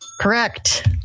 Correct